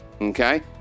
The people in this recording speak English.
okay